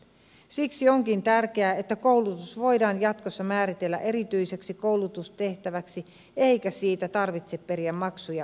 siksi onkin tärkeää että koulutus voidaan jatkossa määritellä erityiseksi koulutustehtäväksi eikä siitä tarvitse periä maksuja opiskelijoilta